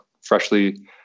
freshly